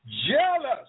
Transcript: jealous